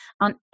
on